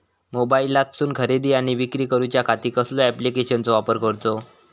मोबाईलातसून खरेदी आणि विक्री करूच्या खाती कसल्या ॲप्लिकेशनाचो वापर करूचो?